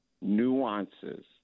nuances